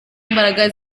imbaraga